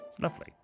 Lovely